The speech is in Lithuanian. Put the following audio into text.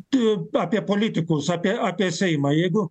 tu apie politikus apie apie seimą jeigu